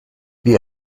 the